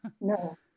No